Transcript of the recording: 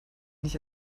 nicht